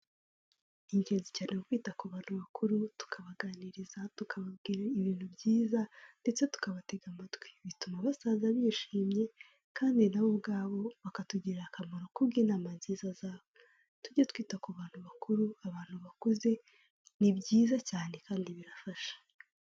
Ni ingenzi cyane ukwita ku bantu bakuru, tukabaganiriza, tukababwira ibintu byiza ndetse tukabatega amatwi. Bituma basaza bishimye kandi nabo ubwabo bakatugirira akamaro kubw'inama nziza zabo. Tujye twita ku bantu bakuru abantu bakuze, ni byiza cyane kandi birafasha.